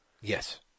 Yes